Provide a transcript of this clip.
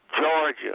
Georgia